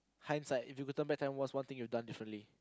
hindsight if you could turn back time what's one thing you done differently